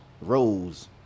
rose